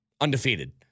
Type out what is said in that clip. undefeated